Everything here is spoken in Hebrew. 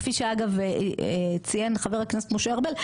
כפי שאגב ציין חבר הכנסת משה ארבל,